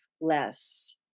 less